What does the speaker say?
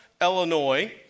Illinois